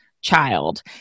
child